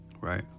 right